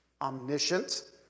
omniscient